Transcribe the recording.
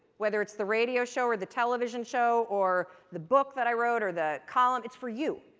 whether it's the radio show, or the television show, or the book that i wrote, or the column, it's for you.